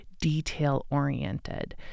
detail-oriented